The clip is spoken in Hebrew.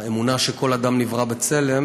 את האמונה שכל אדם נברא בצלם,